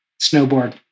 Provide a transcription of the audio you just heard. Snowboard